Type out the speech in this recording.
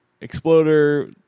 Exploder